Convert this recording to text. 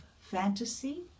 fantasy